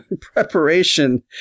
preparation